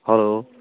hello